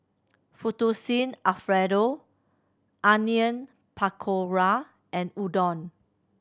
Fettuccine Alfredo Onion Pakora and Udon